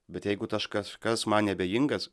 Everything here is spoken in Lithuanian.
bet jeigu kažkas man neabejingas